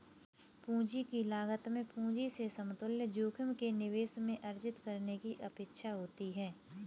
पूंजी की लागत में पूंजी से समतुल्य जोखिम के निवेश में अर्जित करने की अपेक्षा होती है